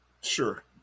Sure